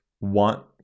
want